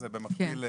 במקביל,